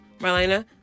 Marlena